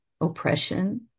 oppression